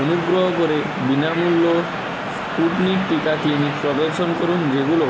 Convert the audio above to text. অনুগ্রহ করে বিনামূল্য স্পুটনিক টিকা ক্লিনিক প্রদর্শন করুন যেগুলো